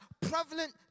prevalent